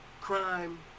crime